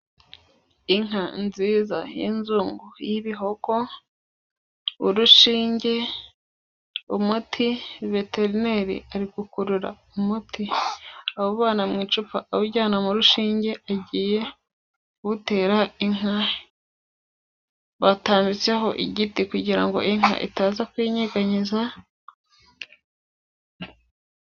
Inka nziza y'inzungu y'ibihogo, urushinge, umuti veterineri ari gukurura umuti awuvana mu icupa awujyana mu rushinge, agiye uwutera inka, batambitseho igiti kugira ngo inka itaza kuyinyeganyeza.